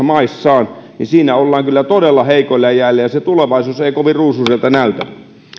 maissaan niin siinä ollaan kyllä todella heikoilla jäillä eikä tulevaisuus kovin ruusuiselta näytä